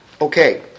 Okay